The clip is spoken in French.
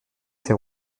ses